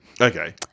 Okay